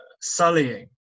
sullying